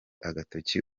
agatoki